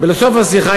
בסוף השיחה,